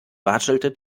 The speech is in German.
watschelte